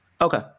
okay